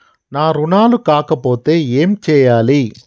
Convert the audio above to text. నా రుణాలు కాకపోతే ఏమి చేయాలి?